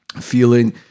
feeling